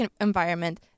environment